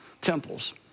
temples